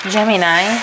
Gemini